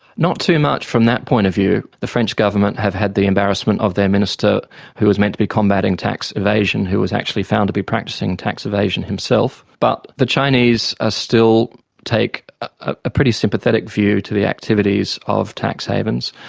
not too much from that point of view. the french government have had the embarrassment of their minister who was meant to be combating tax evasion who was actually found to be practising tax evasion himself. but the chinese ah still take a pretty sympathetic view to the activities of tax havens,